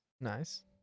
Nice